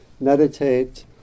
meditate